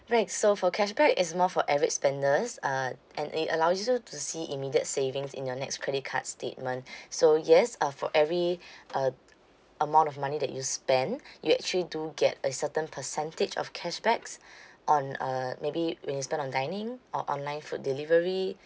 right so for cashback is more for average spenders uh and it allows you to see immediate savings in your next credit card statement so yes uh for every uh amount of money that you spend you actually do get a certain percentage of cashbacks on uh maybe when you spend on dining or online food delivery